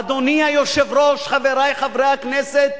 אדוני היושב-ראש, חברי חברי הכנסת,